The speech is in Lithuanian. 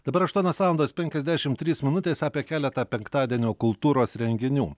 dabar aštuonios valandos penkiasdešim trys minutės apie keletą penktadienio kultūros renginių